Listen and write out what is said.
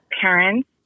parents